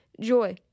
joy